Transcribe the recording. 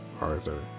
Arthur